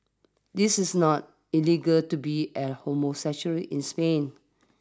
this is not illegal to be a homosexual in Spain